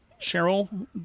Cheryl